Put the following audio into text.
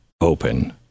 open